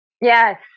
Yes